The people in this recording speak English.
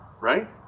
Right